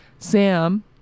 Sam